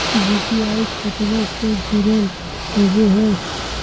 UPI खतबा से जुरल होवे हय?